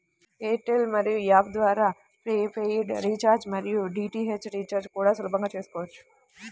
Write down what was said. air tell money app ద్వారా prepaid recharge మరియు DTH recharge కూడా సులభంగా చేసుకోవచ్చు